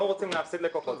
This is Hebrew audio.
הם לא רוצים להפסיד לקוחות.